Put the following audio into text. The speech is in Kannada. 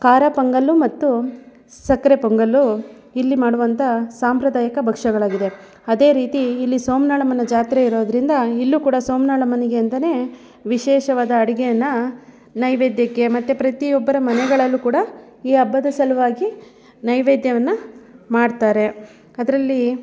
ಖಾರ ಪೊಂಗಲ್ಲು ಮತ್ತು ಸಕ್ಕರೆ ಪೊಂಗಲ್ಲು ಇಲ್ಲಿ ಮಾಡುವಂಥ ಸಾಂಪ್ರದಾಯಿಕ ಭಕ್ಷಗಳಾಗಿದೆ ಅದೇ ರೀತಿ ಇಲ್ಲಿ ಸೋಮ್ನಳ್ಳಮ್ಮನ ಜಾತ್ರೆ ಇರೋದರಿಂದ ಇಲ್ಲೂ ಕೂಡ ಸೋಮ್ನಳ್ಳಮ್ಮನಿಗೆ ಅಂತಾ ವಿಶೇಷವಾದ ಅಡುಗೆಯನ್ನ ನೈವೇದ್ಯಕ್ಕೆ ಮತ್ತು ಪ್ರತಿಯೊಬ್ಬರ ಮನೆಗಳಲ್ಲೂ ಕೂಡ ಈ ಹಬ್ಬದ ಸಲುವಾಗಿ ನೈವೇದ್ಯವನ್ನು ಮಾಡ್ತಾರೆ ಅದರಲ್ಲಿ